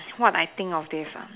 what I think of this ah